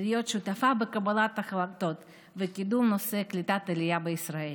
להיות שותפה בקבלת החלטות ובקידום נושא קליטת העלייה בישראל.